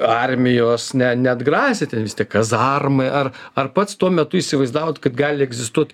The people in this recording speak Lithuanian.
armijos ne neatgrasė ten vis tiek kazarmai ar ar pats tuo metu įsivaizdavot kad gali egzistuot